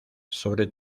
sobre